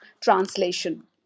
translation